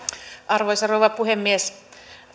arvoisa rouva puhemies